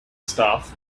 staff